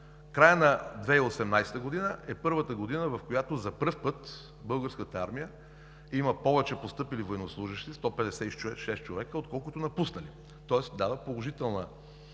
края на 2018 г. е първата година, в която за пръв път в българската армия има повече постъпили военнослужещи – 156 човека, отколкото напуснали, тоест самото